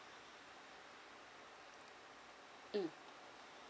mm